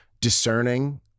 discerning